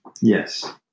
Yes